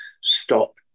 Stop